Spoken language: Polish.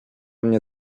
mnie